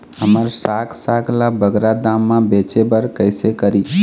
हमर साग साग ला बगरा दाम मा बेचे बर कइसे करी?